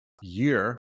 year